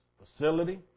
facility